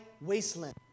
wasteland